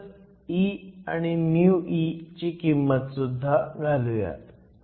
तसंच e आणि μe ची किंमतसुद्धा घालूयात